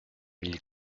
mille